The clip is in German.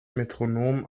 metronom